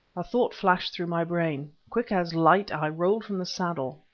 a thought flashed through my brain. quick as light i rolled from the saddle.